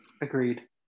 Agreed